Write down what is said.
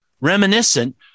reminiscent